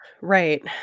Right